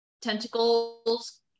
tentacles